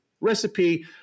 recipe